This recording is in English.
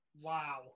Wow